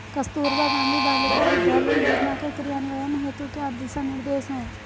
कस्तूरबा गांधी बालिका विद्यालय योजना के क्रियान्वयन हेतु क्या दिशा निर्देश हैं?